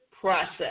process